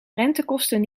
rentekosten